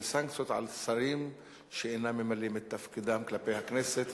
של סנקציות על שרים שאינם ממלאים את תפקידם כלפי הכנסת,